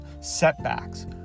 setbacks